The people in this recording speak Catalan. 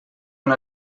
una